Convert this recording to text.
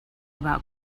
about